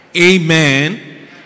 amen